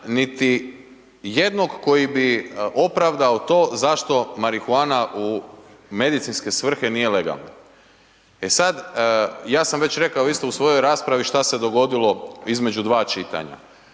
niti jednog koji bi opravdao to zašto marihuana u medicinske svrhe nije legalna. E sad, ja sam već rekao isto u svojoj raspravi šta se dogodilo između dva čitanja,